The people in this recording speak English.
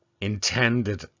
intended